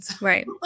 Right